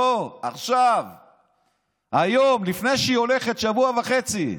לא עכשיו, היום, לפני שהיא הולכת, שבוע וחצי.